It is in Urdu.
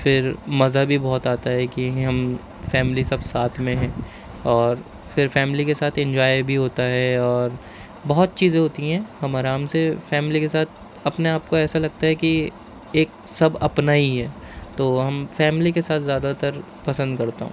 پھر مزہ بھی بہت آتا ہے کہ ہم فیملی سب ساتھ میں ہیں اور پھر فیملی کے ساتھ انجوائے بھی ہوتا ہے اور بہت چیزیں ہوتی ہیں ہم آرام سے فیملی کے ساتھ اپنے آپ کو ایسا لگتا ہے کہ ایک سب اپنا ہی ہے تو ہم فیملی کے ساتھ زیادہ تر پسند کرتا ہوں